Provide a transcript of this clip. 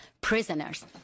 prisoners